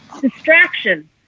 distraction